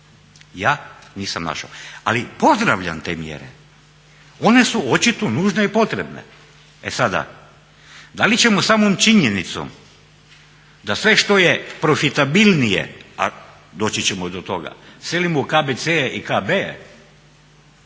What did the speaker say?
Ja nisam našao. Ali pozdravljam te mjere. One su očito nužne i potrebne. E sada, da li ćemo samom činjenicom da sve što je profitabilnije, a doći ćemo i do toga selimo u KBC i KB,